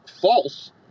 false